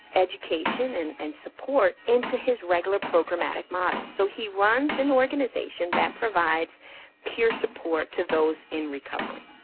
education and and support into his regular programmatic model. so he runs an organization that provides peer support to those in recovery.